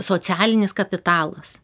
socialinis kapitalas